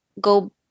go